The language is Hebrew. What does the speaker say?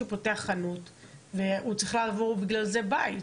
פותח חנות והוא צריך לעבור בגלל זה בית.